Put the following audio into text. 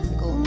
go